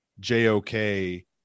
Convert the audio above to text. JOK